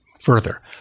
further